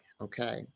okay